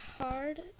hard